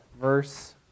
verse